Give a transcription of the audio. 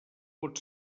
pot